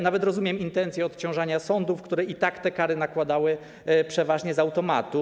Nawet rozumiem intencję odciążania sądów, które i tak te kary nakładały przeważnie z automatu.